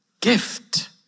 gift